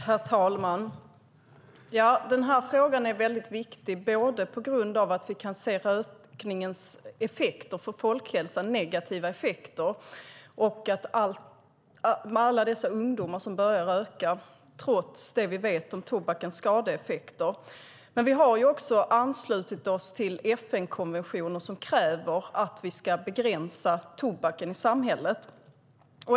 Herr talman! Den här frågan är väldigt viktig, på grund av att vi kan se både rökningens negativa effekter på folkhälsan och alla ungdomar som börjar röka trots det vi vet om tobakens skadeeffekter. Vi har anslutit oss till FN-konventioner som kräver att vi ska begränsa tobaken i samhället.